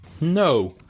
No